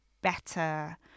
better